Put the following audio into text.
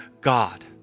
God